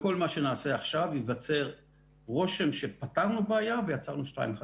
בכל מה שנעשה עכשיו ייווצר רושם שפתרנו בעיה ויצרנו שתיים חדשות.